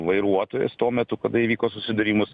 vairuotojas tuo metu kada įvyko susidūrimus